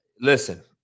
listen